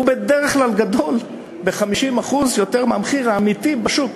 הוא בדרך כלל גבוה ב-50% מהמחיר האמיתי בשוק,